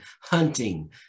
hunting